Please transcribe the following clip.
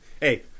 Hey